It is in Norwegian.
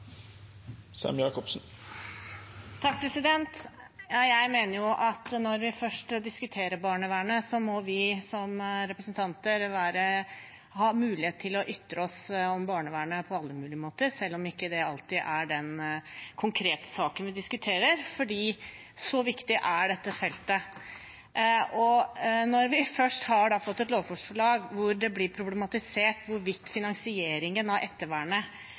Jeg mener at når vi først diskuterer barnevernet, må vi som representanter ha mulighet til å ytre oss om det på alle mulige måter selv om det ikke alltid er den konkrete saken vi diskuterer, for så viktig er dette feltet. Når vi først har fått et lovforslag hvor det blir problematisert hvorvidt finansieringen av ettervernet